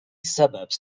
suburbs